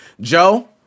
joe